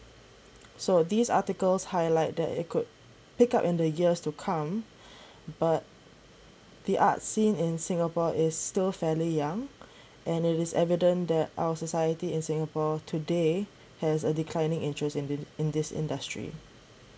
so these articles highlight that it could pick up in the years to come but the art scene in singapore is still fairly young and it is evident that our society in singapore today has a declining interest in in this industry